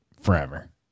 forever